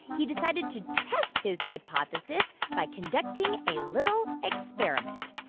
he decided to test his hypothesis by conducting a little experiment.